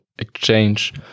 exchange